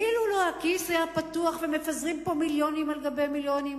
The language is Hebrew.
אילו הכיס לא היה פתוח ומפזרים פה מיליונים על גבי מיליונים,